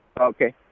Okay